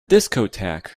discotheque